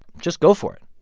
just go for it